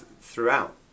throughout